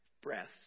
breaths